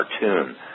cartoon